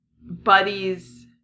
buddies